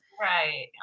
Right